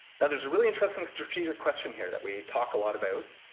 now, there's a really interesting strategic question here that we talk a lot about.